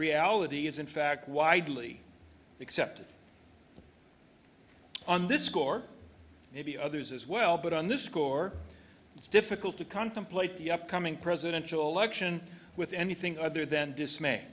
reality is in fact widely accepted on this score maybe others as well but on this score it's difficult to contemplate the upcoming presidential election with anything other than dismay